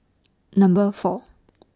Number four